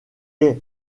est